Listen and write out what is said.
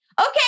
Okay